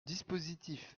dispositif